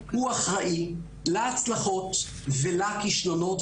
הוא אחראי להצלחות ולכישלונות,